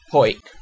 Poik